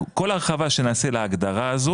כל הרחבה שנעשה להגדרה הזו,